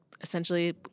essentially